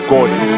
Gordon